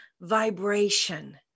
vibration